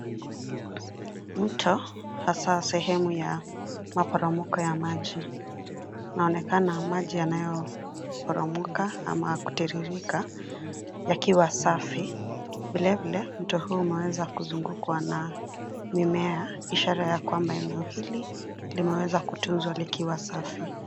Mto hasa sehemu ya maporomoko ya maji, inaonekana maji ambayo yanaporomoka ama kutiririka yakiwa safi. Vile, vile, mto huu umeweza kuzungukwa na mimea ishara ya kwamba eneo hili limeweza kutunzwa likiwa safi.